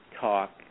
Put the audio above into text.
talk